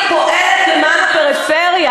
שאת כל כך פועלת למען הפריפריה,